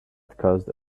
caused